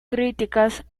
críticas